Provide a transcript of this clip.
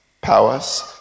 powers